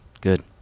good